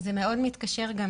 זה מאוד מתקשר גם